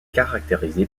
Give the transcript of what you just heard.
caractérisé